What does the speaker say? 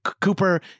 cooper